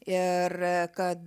ir kad